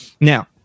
Now